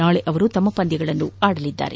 ನಾಳೆ ಅವರು ಪಂದ್ಯಗಳನ್ನು ಆಡಲಿದ್ದಾರೆ